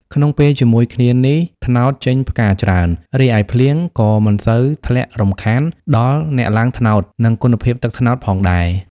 ក្នុងពេលជាមួយគ្នានេះ ត្នោតចេញផ្កាច្រើន រីឯភ្លៀងក៏មិនសូវធ្លាក់រំខានដល់អ្នកឡើងត្នោត និងគុណភាពទឹកត្នោតផងដែរ។